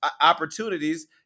opportunities